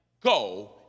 Go